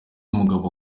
umugabo